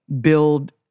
build